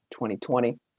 2020